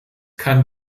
kann